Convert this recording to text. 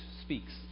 speaks